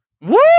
Woo